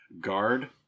guard